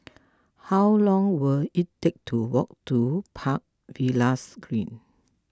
how long will it take to walk to Park Villas Green